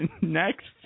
next